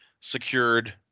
secured